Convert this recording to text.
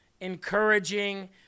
encouraging